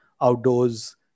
outdoors